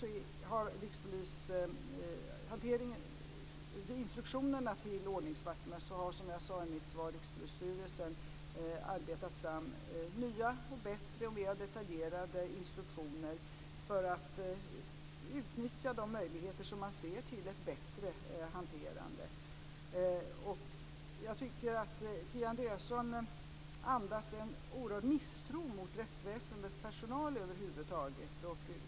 När det gäller instruktionerna till ordningsvakterna har, som jag sade i mitt svar, Rikspolisstyrelsen arbetat fram nya, bättre och mera detaljerade instruktioner för att utnyttja de möjligheter som man ser till ett bättre hanterande. Jag tycker att Kia Andreasson andas en oerhörd misstro mot rättsväsendets personal över huvud taget.